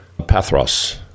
Pathros